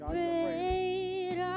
Great